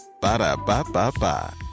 Ba-da-ba-ba-ba